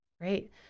Great